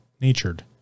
natured